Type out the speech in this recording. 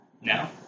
now